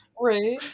Right